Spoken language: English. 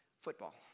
football